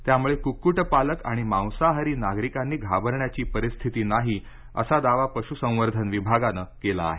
त्यामुळे कुक्कुटपालक आणि मांसाहारी नागरिकांनी घाबरण्याची परिस्थिती नाही असा दावा पशुसंवर्धन विभागानं केला आहे